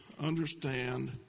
understand